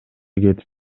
кетип